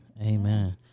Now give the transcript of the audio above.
amen